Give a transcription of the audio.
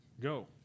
go